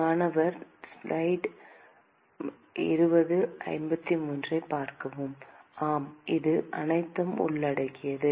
மாணவர் ஆம் அது அனைத்தையும் உள்ளடக்கியது